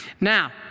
Now